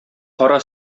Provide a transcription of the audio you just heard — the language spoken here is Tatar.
кара